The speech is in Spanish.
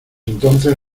entonces